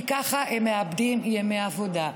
כי כך הם מאבדים ימי עבודה.